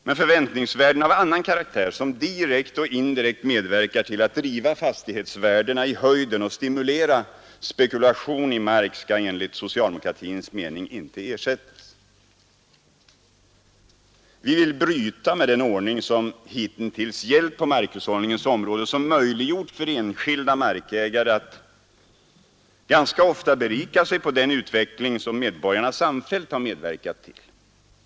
Men förväntningsvärden av annan karaktär som direkt och indirekt medverkar till att driva fastighetsvärdena i höjden och stimulera spekulation i mark skall enligt socialdemokratins mening inte ersättas. Vi vill bryta med den ordning som hitintills gällt på markhushållningens område och som möjliggjort för enskilda markägare att ganska ofta berika sig på den utveckling som medborgarna samfällt har medverkat till.